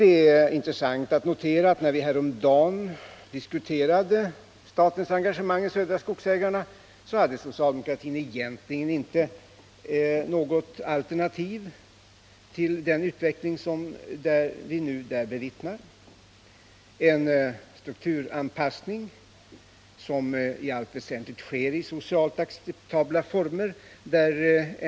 Det är intressant att notera att när vi häromdagen diskuterade statens engagemang i Södra Skogsägarna hade socialdemokratin egentligen inte något alternativ till den utveckling som vi nu bevittnar. Där sker en strukturanpassning i allt väsentligt i socialt acceptabla former.